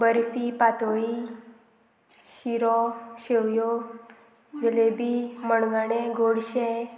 बर्फी पातोळी शिरो शेवयो जिलेबी मणगणें गोडशें